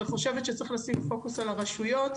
וחושבת שצריך לשים פוקוס על הרשויות,